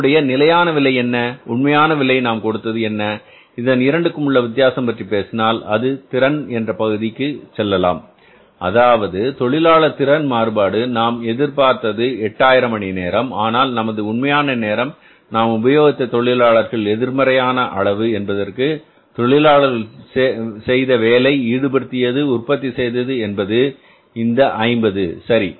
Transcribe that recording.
இதனுடைய நிலையான விலை என்ன உண்மையான விலை நாம் கொடுத்தது என்ன இதன் இரண்டுக்கும் உள்ள வித்தியாசம் பற்றி பேசினால் அதை திறன் என்ற பகுதி என்று சொல்லலாம் அதாவது தொழிலாளர் திறன் மாறுபாடு நாம் எதிர்பார்த்தது எட்டாயிரம் மணி நேரம் ஆனால் நமது உண்மையான நேரம் நாம் உபயோகித்த தொழிலாளர்கள் எதிர்மறையான அளவு என்பதற்கு தொழிலாளர்கள் செய்த வேலை ஈடுபடுத்தியது உற்பத்தி செய்தது என்பது இந்த 50 சரி